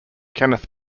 kenneth